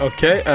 Okay